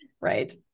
Right